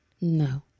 no